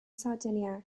sardinia